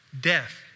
death